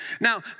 Now